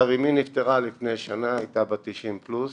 אמי נפטרה לפני שנה, היא הייתה בת 90 פלוס